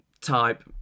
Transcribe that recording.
type